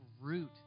root